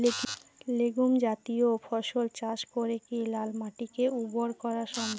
Legume জাতীয় ফসল চাষ করে কি লাল মাটিকে উর্বর করা সম্ভব?